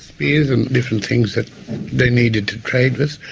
spears and different things that they needed to trade with.